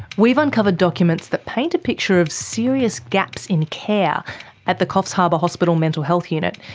we've uncovered documents that paint a picture of serious gaps in care at the coffs harbour hospital mental health unit,